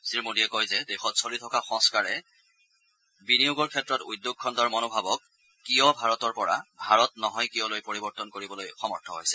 শ্ৰীমোদীয়ে কয় যে দেশত চলি থকা সংস্কাৰে বিনিয়োগৰ ক্ষেত্ৰত উদ্যোগ খণ্ডৰ মনোভাৱক কিয় ভাৰতৰ পৰা ভাৰত নহয় কিয়লৈ পৰিৱৰ্তন কৰিবলৈ সমৰ্থ হৈছে